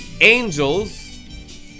angels